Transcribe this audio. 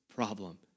problem